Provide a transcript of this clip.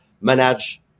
manage